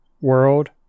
world